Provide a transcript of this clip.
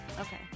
Okay